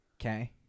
okay